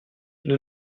nous